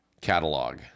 catalog